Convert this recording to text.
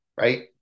Right